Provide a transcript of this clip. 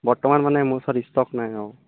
বৰ্তমান মানে মোৰ ওচৰত ষ্ট'ক নাই অঁ